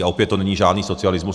A opět to není žádný socialismus.